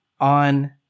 on